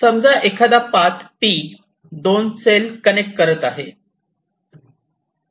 समजा एखादा path 'P' दोन सेल कनेक्ट करत आहे